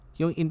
yung